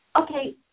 Okay